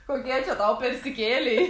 kokie čia tau persikėlei